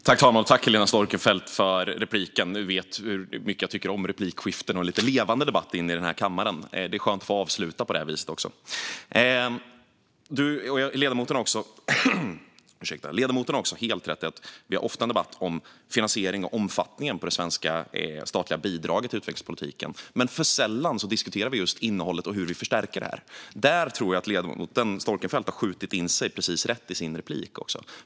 Herr talman! Tack, Helena Storckenfeldt, för repliken! Du vet hur mycket jag tycker om replikskiften och lite levande debatt här i kammaren. Det är skönt att få avsluta på det viset. Ledamoten har helt rätt i att vi ofta har en debatt om finansieringen och omfattningen av det svenska statliga bidraget till utvecklingspolitiken. Men vi diskuterar alltför sällan innehållet och hur vi förstärker detta. Där tror jag att ledamoten Storckenfeldt har skjutit in sig precis rätt i sin replik.